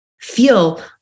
feel